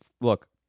look